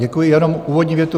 Já jenom úvodní větu.